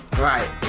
Right